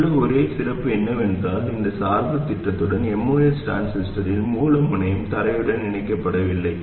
இங்குள்ள ஒரே சிறப்பு என்னவென்றால் இந்த சார்பு திட்டத்துடன் MOS டிரான்சிஸ்டரின் மூல முனையம் தரையுடன் இணைக்கப்படவில்லை